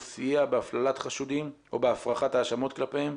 זה סייע בהפללת חשודים או בהפרכת ההאשמות כלפיהם,